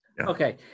okay